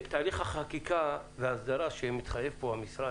תהליך החקיקה וההסדרה שמתחייב פה המשרד